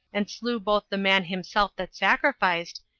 and slew both the man himself that sacrificed,